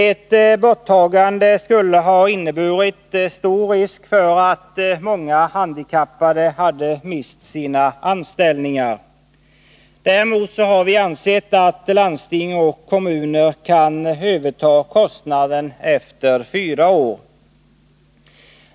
Ett borttagande skulle innebära stor risk för att många handikappade mister sina anställningar. Däremot har vi ansett att landsting och kommuner kan överta kostnaderna efter fyra år.